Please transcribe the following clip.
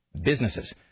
Businesses